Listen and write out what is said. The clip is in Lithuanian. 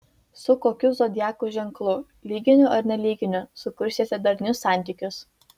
su kokiu zodiako ženklu lyginiu ar nelyginiu sukursite darnius santykius